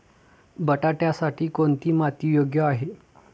बटाट्यासाठी कोणती माती योग्य आहे?